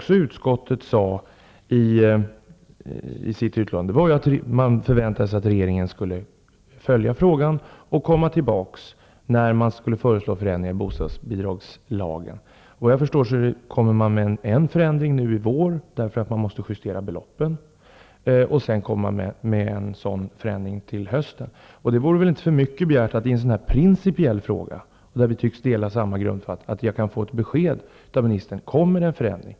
Vidare sade utskottet i sitt betänkande att man förväntade sig att regeringen skulle följa frågan och komma tillbaka när det blev aktuellt med förändringar i bostadsbidragslagen. Såvitt jag förstår blir det en förändring nu i vår, eftersom beloppen måste justeras. Sedan blir det ytterligare en förändring till hösten. Det vore väl inte för mycket begärt att jag i en sådan här principiell fråga, där vi tycks ha samma grunduppfattning, får ett besked av ministern. Blir det någon förändring?